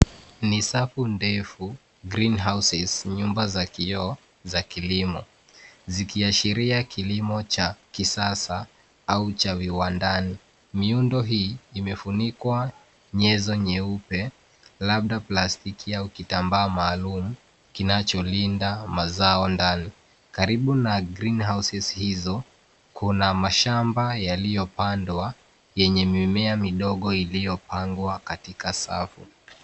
Ni safu ndefu greenhouses nyumba za kioo za kilimo, zikiashiria kilimo cha kisasa au cha viwandani. Miundo hii imefunikwa nyenzo nyeupe, labda plastiki au kitambaa maalum kinacholinda mazao ndani. Karibu na greenhouses hizo, kuna mashamba yaliyopandwa yenye mimea midogo iliyopangwa katika safu.